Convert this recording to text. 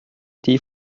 die